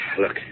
Look